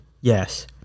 Yes